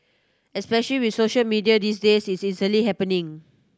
especial with social media these days it's easily happening